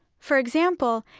for example,